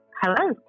Hello